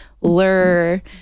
lure